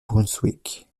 brunswick